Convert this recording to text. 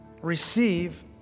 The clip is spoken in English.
receive